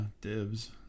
dibs